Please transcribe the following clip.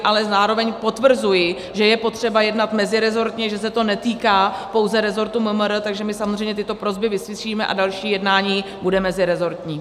Ale zároveň potvrzuji, že je potřeba jednat mezirezortně, že se to netýká pouze rezortu MMR, takže my samozřejmě tyto prosby vyslyšíme a další jednání bude mezirezortní.